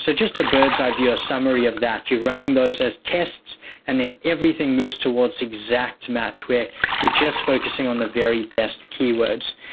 so just a bird's eye view, a summary of that, you running those as tests and then, everything moves towards exact match, where you're just focusing on the very best keywords.